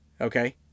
Okay